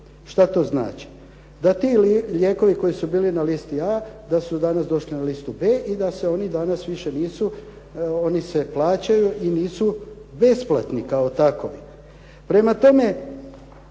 Što to znači? Da ti lijekovi koji su bili na listi A, da su danas došli na listu B i da se oni danas nisu, oni se plaćaju i nisu besplatni kao takovi? Prema tome,